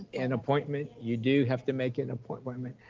an appointment. you do have to make an appointment.